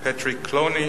Patrick Cloney,